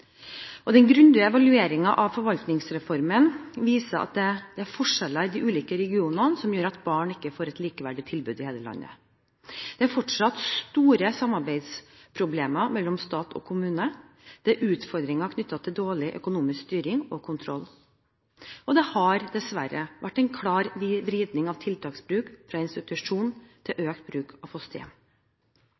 samtykker. Den grundige evalueringen av forvaltningsreformen viser at det er forskjeller i de ulike regionene som gjør at barn ikke får et likeverdig tilbud i hele landet. Det er fortsatt store samarbeidsproblemer mellom stat og kommune, det er utfordringer knyttet til dårlig økonomisk styring og kontroll, og det har dessverre vært en klar vridning av tiltaksbruk fra institusjon til økt bruk av fosterhjem.